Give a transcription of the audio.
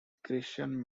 christian